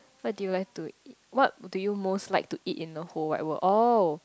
what do you like to what do you most like to eat in the whole wide world oh